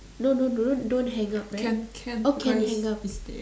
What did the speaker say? no no no don't hang up can hang up